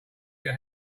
your